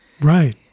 Right